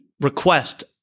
request